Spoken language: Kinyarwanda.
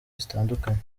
zitandukanye